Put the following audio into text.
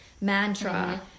mantra